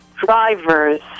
drivers